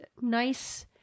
nice